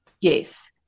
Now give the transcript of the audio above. Yes